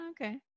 Okay